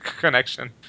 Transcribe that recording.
connection